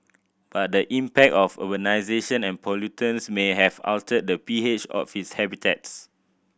but the impact of urbanisation and pollutants may have altered the P H of its habitats